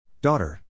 Daughter